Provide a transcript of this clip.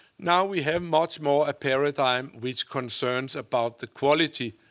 now we have much more a paradigm which concerns about the quality,